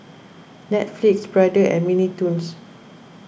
Netflix Brother and Mini Toons